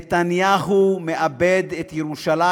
נתניהו מאבד את ירושלים.